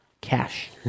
cash